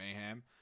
mayhem